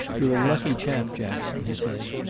you're a lucky chap, jackson, he said.